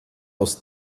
aus